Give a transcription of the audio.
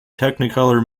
technicolor